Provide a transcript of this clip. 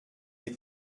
l’ai